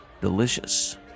delicious